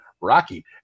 Rocky